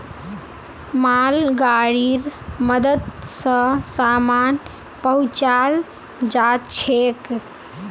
मालगाड़ीर मदद स सामान पहुचाल जाछेक